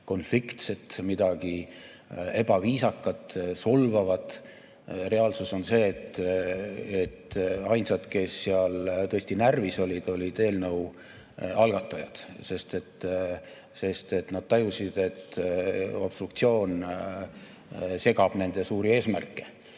konfliktset, midagi ebaviisakat, solvavat. Reaalsus on see, et ainsad, kes seal tõesti närvis olid, olid eelnõu algatajad, sest nad tajusid, et obstruktsioon segab nende suuri eesmärke.